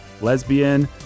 lesbian